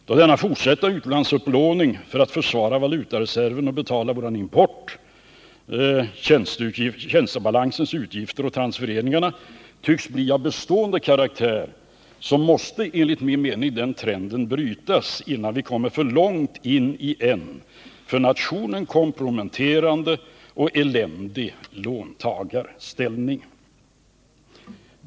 Då denna fortsatta utlandsupplåning, för att försvara valutareserven och betala vår import, tjänstebalansens utgifter och transfereringarna, tycks bli av bestående karaktär så måste enligt min mening den trenden brytas innan vi kommer för långt in i en för nationen komprometterande och eländig låntagarställning.